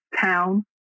town